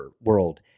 world